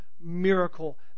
miracle